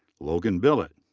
logan billet.